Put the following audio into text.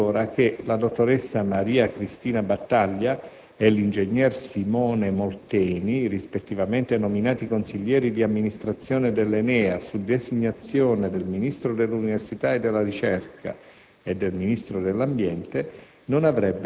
Da parte dell'interrogante si sostiene, ancora, che la dottoressa Maria Cristina Battaglia e l'ingegnere Simone Molteni, rispettivamente nominati consiglieri d'amministrazione dell'ENEA su designazione del Ministro dell'università e della ricerca